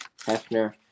Hefner